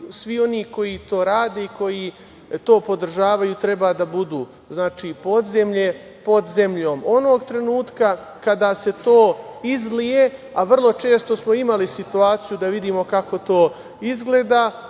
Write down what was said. svi oni koji to rade i koji to podržavaju treba da budu, znači, podzemlje, pod zemljom. Onog trenutka kada se to izlije, a vrlo često smo imali situaciju da vidimo kako to izgleda,